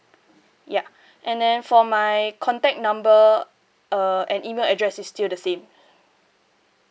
yup and then for my contact number uh and email address it's still the same